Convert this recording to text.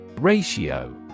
Ratio